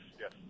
yes